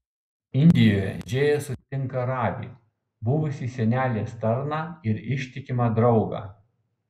indijoje džėja sutinka ravį buvusį senelės tarną ir ištikimą draugą